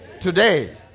Today